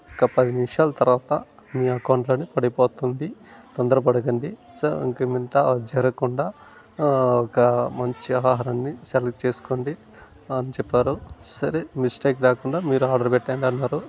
ఒక పది నిమిసాల తర్వాత మీ అకౌంటులోని పడిపోతుంది తొందర పడకండి సర్ ఇకమీదట అలా జరగకుండా ఒక మంచి ఆహారాన్ని సెలెక్ట్ చేసుకోండి అని చెప్పారు సరే మిస్టేక్ లేకుండా మీరు ఆర్డర్ పెట్టండి అన్నారు